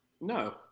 No